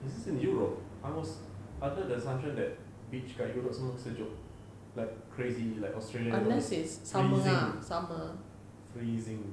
is this in europe I was under the assumption that beach dekat europe semua sejuk like crazy like australia freezing freezing